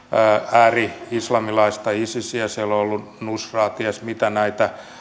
ääri islamilaista isisiä siellä on ollut nusraa ties mitä näitä